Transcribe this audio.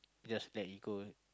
just let it go